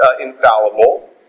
infallible